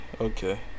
Okay